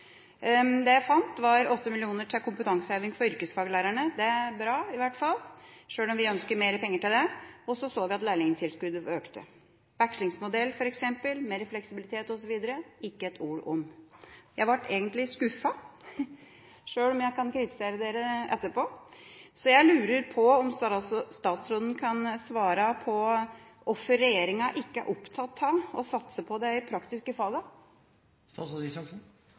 Det jeg fant, var 8 mill. kr til kompetanseheving for yrkesfaglærerne – det er bra i hvert fall, sjøl om vi ønsker mer penger til det – og så så vi at lærlingtilskuddet økte. Vekslingsmodell, mer fleksibilitet osv., var det ikke et ord om. Jeg ble egentlig skuffet, sjøl om jeg kan kritisere dere etterpå. Så jeg lurer på om statsråden kan svare på hvorfor regjeringa ikke er opptatt av å satse på